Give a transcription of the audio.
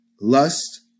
lust